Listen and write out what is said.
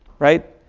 right,